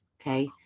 okay